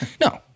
No